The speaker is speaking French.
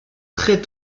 très